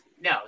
No